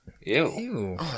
Ew